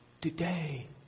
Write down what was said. Today